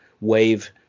wave